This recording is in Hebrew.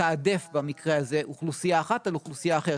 לתעדף במקרה הזה אוכלוסייה אחת על אוכלוסייה אחרת.